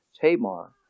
Tamar